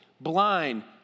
blind